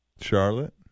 Charlotte